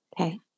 Okay